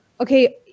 okay